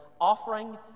offering